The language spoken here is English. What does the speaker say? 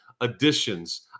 additions